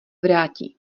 vrátí